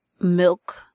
milk